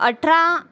अठरा